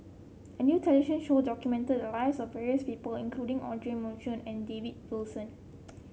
a new television show documented the lives of various people including Audra Morrice and David Wilson